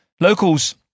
locals